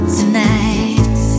tonight